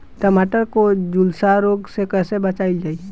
टमाटर को जुलसा रोग से कैसे बचाइल जाइ?